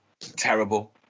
terrible